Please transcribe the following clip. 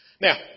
Now